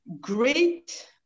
great